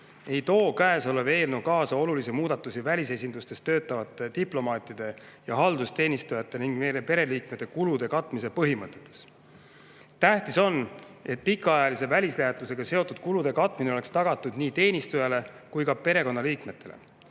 ei too käesolev eelnõu kaasa olulisi muudatusi välisesindustes töötavate diplomaatide ja haldusteenistujate ning nende pereliikmete kulude katmise põhimõtetes. Tähtis on, et pikaajalise välislähetusega seotud kulude katmine oleks tagatud nii teenistujale kui ka perekonnaliikmetele.